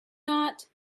not